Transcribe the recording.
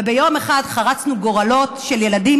וביום אחד חרצנו גורלות של ילדים,